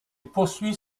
poursuit